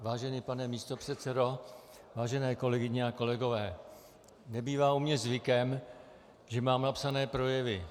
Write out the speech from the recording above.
Vážený pane místopředsedo, vážené kolegyně a kolegové, nebývá u mě zvykem, že mám napsané projevy.